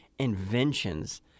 inventions